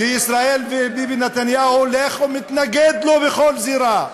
שישראל, וביבי נתניהו הולך ומתנגד לו בכל זירה,